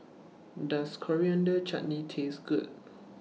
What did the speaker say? Does Coriander Chutney Taste Good